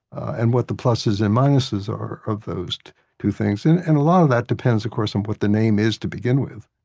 and what the pluses and minuses are of those two things. and and a lot of that depends of course on um what the name is to begin with.